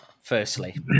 firstly